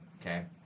Okay